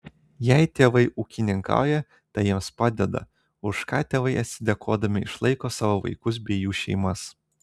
jei tėvai ūkininkauja tai jiems padeda už ką tėvai atsidėkodami išlaiko savo vaikus bei jų šeimas